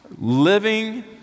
living